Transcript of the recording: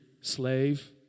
slave